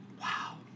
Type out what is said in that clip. wow